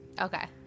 Okay